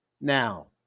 now